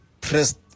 pressed